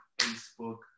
Facebook